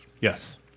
Yes